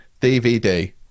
dvd